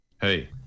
Hey